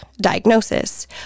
diagnosis